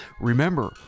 Remember